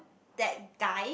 that guy